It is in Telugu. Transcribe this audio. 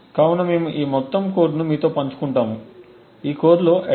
కాబట్టి మేము ఈ మొత్తం కోడ్ను మీతో పంచుకుంటాము ఈ కోడ్లో attack